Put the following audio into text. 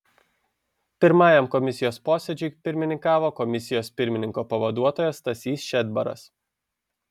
pirmajam komisijos posėdžiui pirmininkavo komisijos pirmininko pavaduotojas stasys šedbaras